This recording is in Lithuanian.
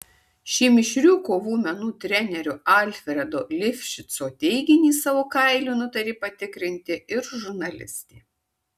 šį mišrių kovų menų trenerio alfredo lifšico teiginį savo kailiu nutarė patikrinti ir žurnalistė